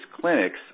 clinics